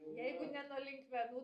jeigu ne nuo linkmenų